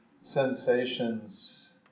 sensations